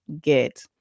get